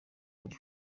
kuri